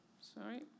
sorry